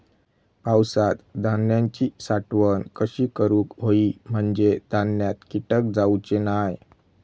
पावसात धान्यांची साठवण कशी करूक होई म्हंजे धान्यात कीटक जाउचे नाय?